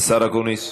בבקשה.